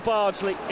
Bardsley